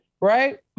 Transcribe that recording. right